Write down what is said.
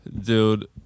Dude